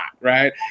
Right